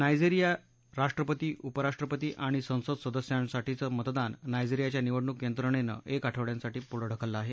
Nigeria राष्ट्रपती उपराष्ट्रपती आणि संसद सदस्यांसाठीच मतदान नायजेरियाच्या निवडणूक यंत्रणेनं एक आठवड्यासाठी पुढं ढकललं आहे